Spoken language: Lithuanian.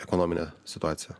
ekonominę situaciją